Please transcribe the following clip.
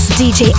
dj